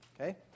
okay